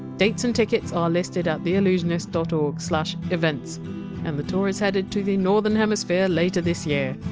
dates and tickets are listed at theallusionist dot org slash events and the tour is headed to the northern hemisphere later this year,